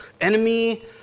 enemy